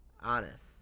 honest